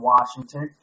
Washington